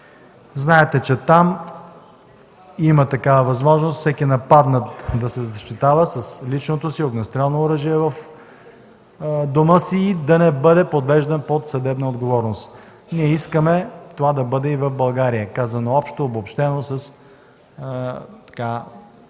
Знаете, че там има възможност всеки нападнат да се защитава с личното си огнестрелно оръжие в дома си и да не бъде подвеждан под съдебна отговорност. Ние искаме това да бъде и в България, казано общо, обобщено,